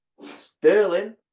sterling